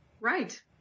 Right